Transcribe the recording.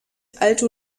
alto